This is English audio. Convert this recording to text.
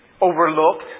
overlooked